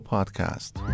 Podcast